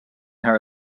her